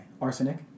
arsenic